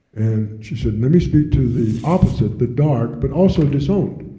and she said, let me speak to the opposite, the dark, but also disowned.